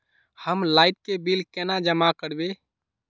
हम लाइट के बिल केना जमा करबे?